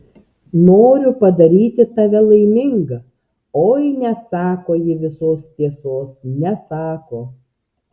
noriu padaryti tave laimingą oi nesako ji visos tiesos nesako